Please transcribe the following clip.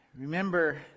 Remember